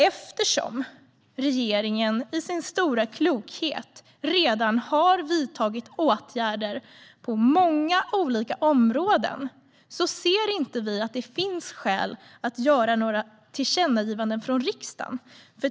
Eftersom regeringen i sin stora klokhet har vidtagit åtgärder på många olika områden ser inte vi att det finns skäl att göra några tillkännagivanden från riksdagen.